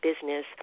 business